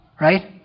right